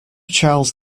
charles